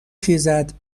خیزد